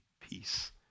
peace